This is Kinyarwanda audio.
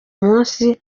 umunsi